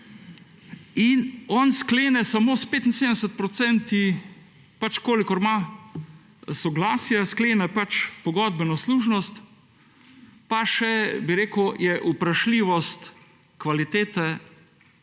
In on sklene samo s 75 % pač kolikor ima soglasja, sklene pač pogodbeno služnost, pa še bi rekel je vprašljivost kvalitete obnove